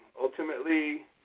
ultimately